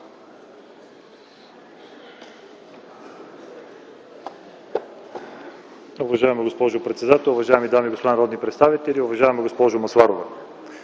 Уважаема госпожо председател, уважаеми дами и господа народни представители, уважаема госпожо Масларова!